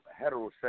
heterosexual